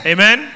Amen